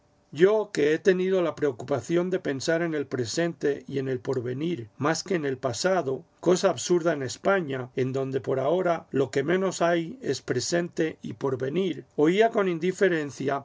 yo que he tenido la preocupación de pensar en el presente y en el porvenir más que en el pasado cosa absurda en españa en donde por ahora lo que menos hay es presente y porvenir oía con indiferencia